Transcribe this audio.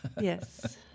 Yes